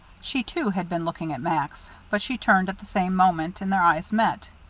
she, too, had been looking at max, but she turned at the same moment, and their eyes met.